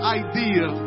idea